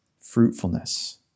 Fruitfulness